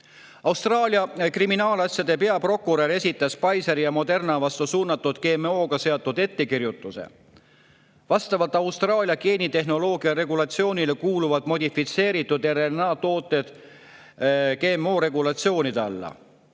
Austraalia kriminaalasjade peaprokurör esitas Pfizeri ja Moderna vastu suunatud GMO-ga seotud ettekirjutuse. Vastavalt Austraalia geenitehnoloogia regulatsioonile kuuluvad modifitseeritud RNA tooted GMO regulatsioonide alla.